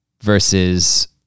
versus